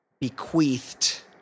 bequeathed